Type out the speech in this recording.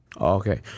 Okay